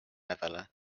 nädala